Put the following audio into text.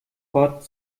gott